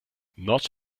not